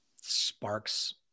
Sparks